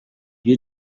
iyo